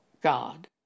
God